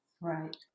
Right